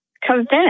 convinced